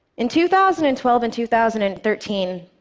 in two thousand and twelve and two thousand and thirteen,